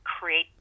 create